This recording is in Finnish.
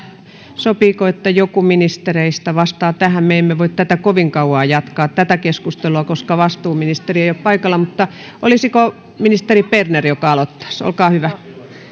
sopiiko että joku ministereistä vastaa tähän me emme voi kovin kauaa jatkaa tätä keskustelua koska vastuuministeri ei ole paikalla mutta aloittaisiko ministeri berner olkaa hyvä